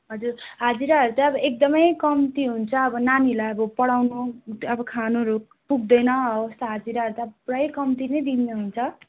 हजुर हाजिराहरू चाहिँ अब एकदमै कम्ती हुन्छ अब नानीहरूलाई पढाउनु अब खानुहरू पुग्दैन हौ यस्तो हाजिराहरू त पुरै कम्ती नै दिनुहुन्छ